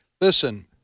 Listen